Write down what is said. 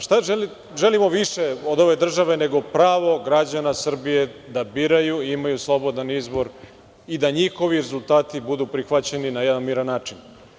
Šta želimo više od ove države nego pravo građana Srbije da biraju, da imaju slobodan izbor i da njihovi rezultati budu prihvaćeni na jedan miran način?